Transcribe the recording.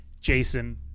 Jason